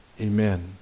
amen